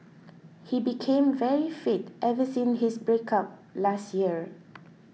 he became very fit ever since his breakup last year